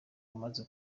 amaze